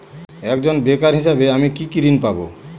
একজন বেকার হিসেবে আমি কি কি ঋণ পাব?